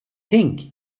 pink